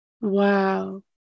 Wow